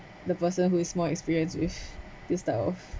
the person who is more experience with this type of